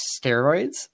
steroids